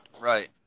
Right